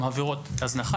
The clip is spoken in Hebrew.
הן עבירות הזנחה,